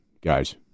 guys